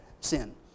Sin